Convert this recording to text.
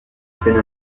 scène